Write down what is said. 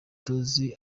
tuzi